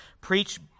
preach